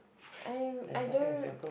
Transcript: I I don't